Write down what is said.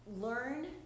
learn